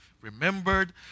remembered